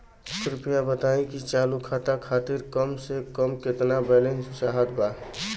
कृपया बताई कि चालू खाता खातिर कम से कम केतना बैलैंस चाहत बा